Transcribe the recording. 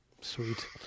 Sweet